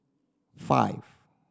five